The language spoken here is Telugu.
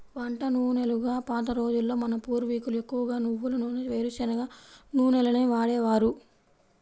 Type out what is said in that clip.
వంట నూనెలుగా పాత రోజుల్లో మన పూర్వీకులు ఎక్కువగా నువ్వుల నూనె, వేరుశనగ నూనెలనే వాడేవారు